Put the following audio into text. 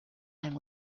and